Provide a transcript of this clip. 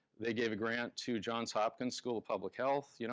they gave a grant to johns hopkins school of public health, you know